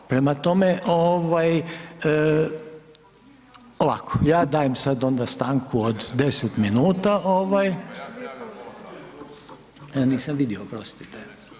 Prema tome, ovako ja dajem sad onda stanku od 10 minuta. … [[Upadica se ne razumije.]] Nisam vidio, oprostite.